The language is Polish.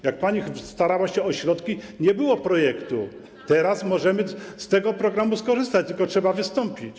Jak pani starała się o środki, nie było projektu, teraz możemy z tego programu skorzystać, tylko trzeba wystąpić.